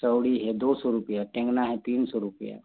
सौड़ी है दो सौ रूपया टेंगना है तीन सौ रूपया